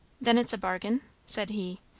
then it's a bargain? said he,